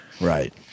Right